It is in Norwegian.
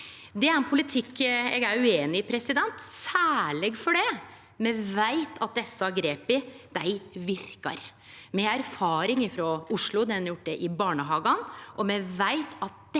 Det er ein politikk eg er ueinig i, særleg fordi me veit at desse grepa verkar. Me har erfaring frå Oslo, der ein har gjort det i barnehagane, og me veit at dette